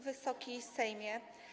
Wysoki Sejmie!